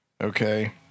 Okay